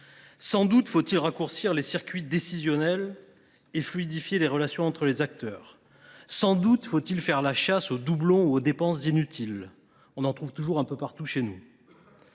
Sans doute faut il raccourcir les circuits décisionnels et fluidifier les relations entre les acteurs ; sans doute faut il faire la chasse aux doublons ou aux dépenses inutiles – on en trouve toujours un peu partout chez nous.